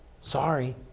Sorry